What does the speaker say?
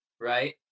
Right